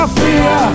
fear